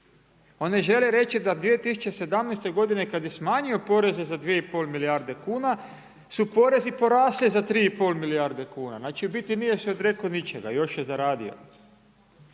On ne želi reći da 2017. godine kad je smanjio poreze za 2,5 milijarde kuna su porezi porasli za 3,5 milijarde kuna. Znači, u biti nije se odrekao ničega, još je zaradio.